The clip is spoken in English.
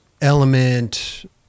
Element